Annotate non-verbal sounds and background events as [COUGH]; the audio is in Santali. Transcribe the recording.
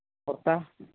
[UNINTELLIGIBLE]